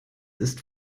ist